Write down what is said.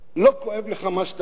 לא כואב לך מה שאתה רואה?